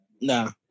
nah